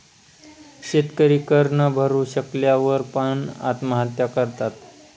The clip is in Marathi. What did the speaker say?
शेतकरी कर न भरू शकल्या वर पण, आत्महत्या करतात